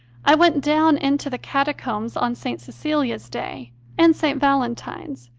i went down into the catacombs on st. cecilia s day and st. valentine s,